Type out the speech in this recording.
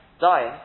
dying